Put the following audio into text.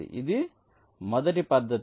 ఇది మొదటి పద్ధతి